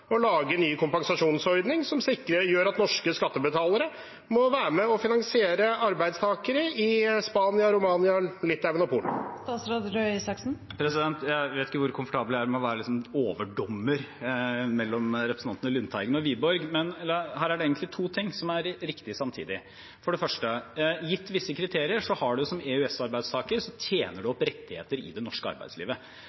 å lage ny kompensasjonsordning som gjør at norske skattebetalere må være med og finansiere arbeidstakere i Spania, Romania, Litauen og Polen? Jeg vet ikke hvor komfortabel jeg er med å være en slags overdommer mellom representantene Lundteigen og Wiborg. Men her er det egentlig to ting som er riktig samtidig. For det første: Gitt visse kriterier er det jo slik at man som EØS-arbeidstaker tjener opp rettigheter i det